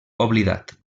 oblidat